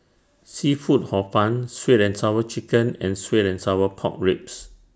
Seafood Hor Fun Sweet and Sour Chicken and Sweet and Sour Pork Ribs